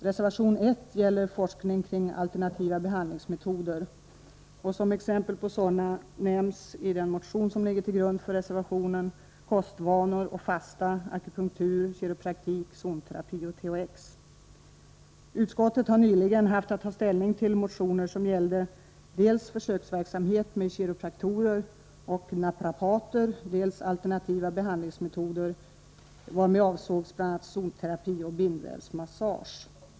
Reservation 1 gäller forskning kring alternativa behandlingsmetoder. Som exempel på sådana nämns i den motion som ligger till grund för reservationen kostvanor och fasta, akupunktur, kiropraktik, zonterapi och THX. Utskottet har nyligen haft att ta ställning till motioner som gällde dels försöksverksamhet med kiropraktorer och naprapater, dels alternativa behandlingsmetoder, varmed avsågs bl.a. zonterapi och bindvävsmassage.